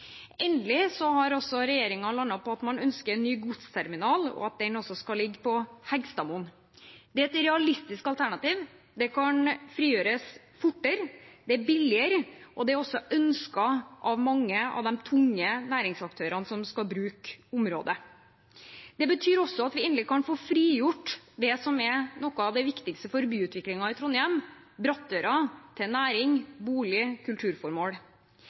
Endelig har regjeringen landet på at man ønsker en ny godsterminal, og at den skal ligge på Heggstadmoen. Det er et realistisk alternativ, det kan frigjøres fortere, det er billigere, og det er også ønsket av mange av de tunge næringsaktørene som skal bruke området. Det betyr også at vi endelig kan få frigjort det som er noe av det viktigste for byutviklingen i Trondheim, Brattøra, til næring, boliger og kulturformål.